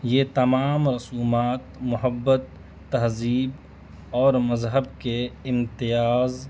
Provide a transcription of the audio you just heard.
یہ تمام رسومات محبت تہذیب اور مذہب کے امتیاز